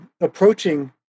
approaching